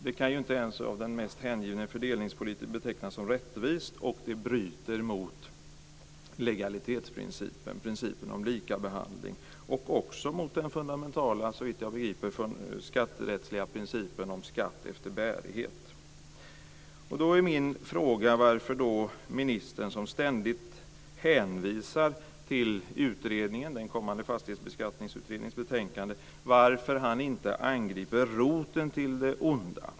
Detta kan inte ens av den mest hängivne fördelningspolitiker betecknas som rättvist, och det bryter mot legalitetsprincipen, dvs. principen om likabehandling. Det bryter också mot den - såvitt jag begriper - fundamentala skatterättsliga principen om skatt efter bärighet. Då är min fråga varför ministern, som ständigt hänvisar till fastighetsbeskattningsutredningens kommande betänkande, inte angriper roten till det onda.